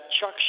Chuck